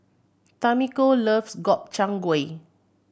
Tamiko loves Gobchang Gui